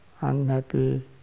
unhappy